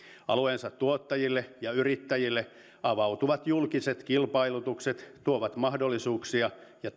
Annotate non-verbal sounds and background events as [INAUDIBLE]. alueensa tuottajille ja yrittäjille avautuvat julkiset kilpailutukset tuovat mahdollisuuksia ja [UNINTELLIGIBLE]